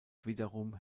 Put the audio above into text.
wiederum